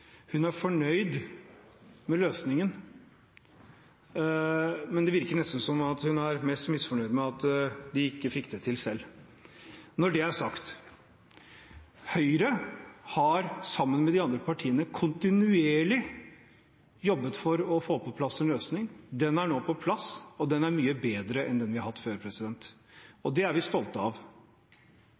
mest misfornøyd med at de ikke fikk det til selv. Når det er sagt: Høyre har sammen med de andre partiene kontinuerlig jobbet for å få på plass en løsning. Den er nå på plass, og den er mye bedre enn den vi har hatt før, og det er vi stolte av.